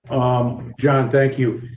um, john, thank you.